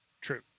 True